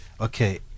Okay